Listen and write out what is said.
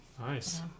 Nice